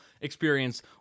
experience